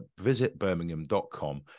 VisitBirmingham.com